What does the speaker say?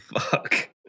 Fuck